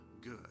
good